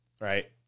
right